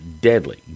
deadly